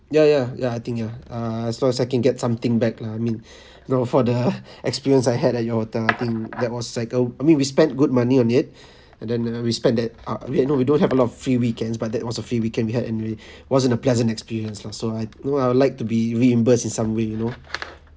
ya ya ya I think ya ah as long as I can get something back lah I mean you know for the experience I had at your hotel I think that was like a I mean we spent good money on it and then uh we expect that ah we had no we don't have a lot of free weekends but that was a free weekend we had and it wasn't a pleasant experience lah so I you know I would like to be reimbursed in some way you know